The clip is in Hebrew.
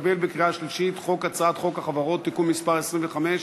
התקבלה בקריאה שלישית הצעת חוק החברות (תיקון מס' 25),